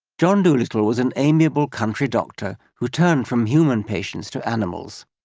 john dolittle was an amiable country doctor who turned from human patients to animals.